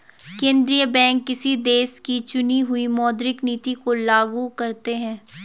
केंद्रीय बैंक किसी देश की चुनी हुई मौद्रिक नीति को लागू करते हैं